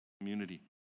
community